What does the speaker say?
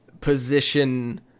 position